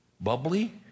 bubbly